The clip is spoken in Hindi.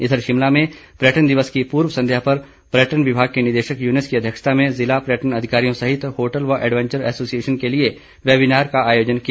इधर शिमला में पर्यटन दिवस की पूर्व संध्या पर पर्यटन विभाग के निदेशक यूनुस की अध्यक्षता में ज़िला पर्यटन अधिकारियों सहित होटल व एडवेंचर एसोसिएशन के लिए वेबिनार का आयोजन किया